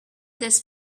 this